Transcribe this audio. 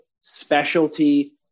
specialty